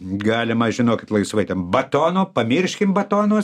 galima žinokit laisvai ten batono pamirškim batonus